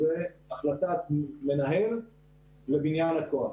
זו החלטת מנהל לבניית הכוח,